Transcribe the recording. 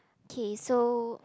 K so